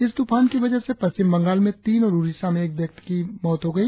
इस तुफान की वजह से पश्चिम बंगाल में तीन और ओड़िशा में एक व्यक्ति की मौत हो गई